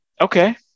Okay